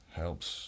helps